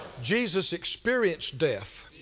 jesus experienced death